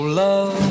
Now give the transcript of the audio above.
love